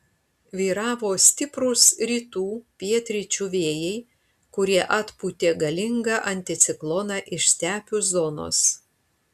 vyravo stiprūs rytų pietryčių vėjai kurie atpūtė galingą anticikloną iš stepių zonos